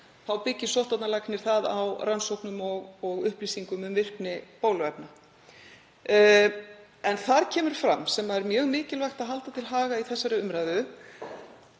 byggir sóttvarnalæknir það á rannsóknum og upplýsingum um virkni bóluefna. Þar kemur fram, sem er mjög mikilvægt að halda til haga í þessari umræðu,